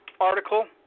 article